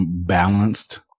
balanced